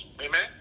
Amen